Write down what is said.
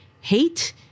hate